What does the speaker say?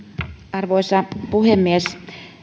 arvoisa puhemies